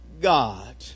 God